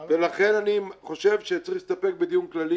לכן, אני חושב שצריך להסתפק בדיון כללי